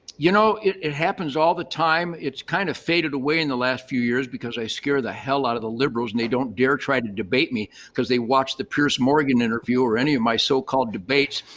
you know, it happens all the time. it's kind of faded away in the last few years because i scared the hell out of the liberals and they don't dare try to debate me because they watched the pierce morgan interview or any of my so-called debates.